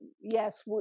yes